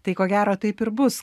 tai ko gero taip ir bus